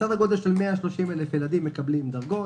סדר גודל של 130,000 ילדים מקבלים דרגות